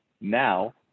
now